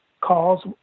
calls